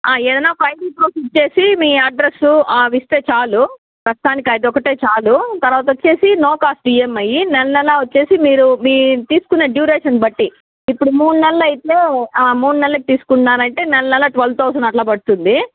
ఏదైనా ఒక ID proof ఇచ్చేసి మీ అడ్రస్సు అవి ఇస్తే చాలు ప్రస్తుతానికి అది ఒకటే చాలు తరువాత వచ్చేసి నో కాస్ట్ ఈఎంఐ నెల నెల వచ్చేసి మీరు మీ తీసుకున్న డ్యూరేషన్ బట్టి ఇప్పుడు మూడు నెలలు అయితే ఆ మూడు నెలలకు తీసుకున్నారు అంటే నెల నెల ట్వెల్వ్ థౌసండ్ అట్లా పడుతుంది